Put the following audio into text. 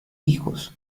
hijos